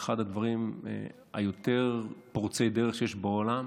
הוא אחד הדברים היותר פורצי דרך שיש בעולם